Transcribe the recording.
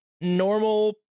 normal